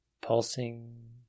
pulsing